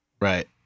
Right